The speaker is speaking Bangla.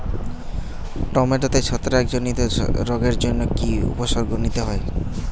টমেটোতে ছত্রাক জনিত রোগের জন্য কি উপসর্গ নিতে হয়?